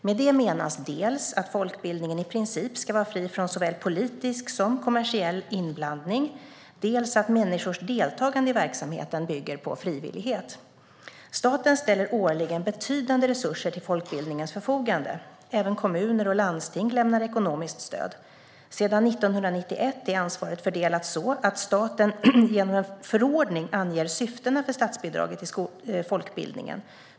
Med det menas dels att folkbildningen i princip ska vara fri från såväl politisk som kommersiell inblandning, dels att människors deltagande i verksamheten bygger på frivillighet. Staten ställer årligen betydande resurser till folkbildningens förfogande. Även kommuner och landsting lämnar ekonomiskt stöd. Sedan 1991 är ansvaret fördelat så att staten genom en förordning anger syftena för statsbidraget till folkbildningen.